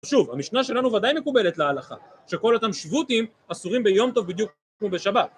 שוב, המשנה שלנו ודאי מקובלת להלכה, שכל אותם שבותים אסורים ביום טוב בדיוק כמו בשבת.